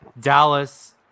Dallas